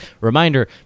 Reminder